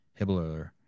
Hibbler